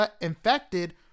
infected